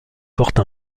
porte